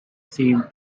same